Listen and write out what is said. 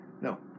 No